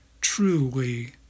truly